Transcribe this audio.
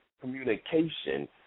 communication